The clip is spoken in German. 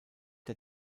der